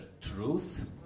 Truth